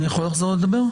אני יכול לחזור לדבר?